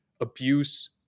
abuse